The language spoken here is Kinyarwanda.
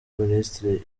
minisitiri